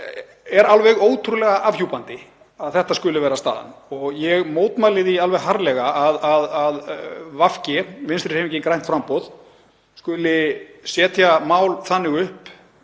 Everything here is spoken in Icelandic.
er alveg ótrúlega afhjúpandi að þetta skuli vera staðan. Ég mótmæli því harðlega að Vinstrihreyfingin – grænt framboð skuli setja málið þannig upp